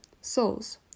souls